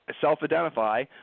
self-identify